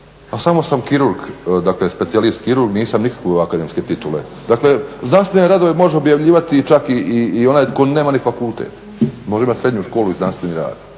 samo sam kirurg dakle specijalist kirurg nisam nikakve akademske titule. Dakle, znanstvene radove može objavljivati čak i onaj tko nema ni fakultet, može imati srednju školu i znanstveni rad.